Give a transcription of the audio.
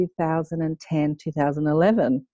2010-2011